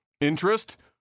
interest